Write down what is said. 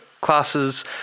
classes